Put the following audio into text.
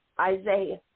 Isaiah